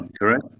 correct